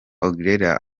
aguilera